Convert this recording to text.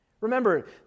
Remember